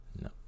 No